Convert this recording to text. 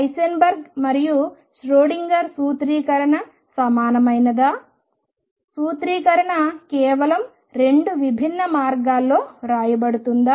Heisenberg మరియు Schrodinger సూత్రీకరణ సమానమైనదా సూత్రీకరణ కేవలం 2 విభిన్న మార్గాల్లో వ్రాయబడుతుందా